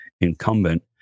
incumbent